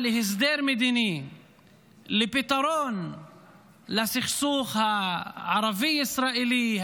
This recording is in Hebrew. להסדר מדיני לפתרון לסכסוך הערבי ישראלי,